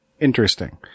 Interesting